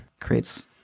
creates